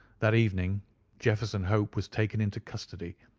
that evening jefferson hope was taken into custody,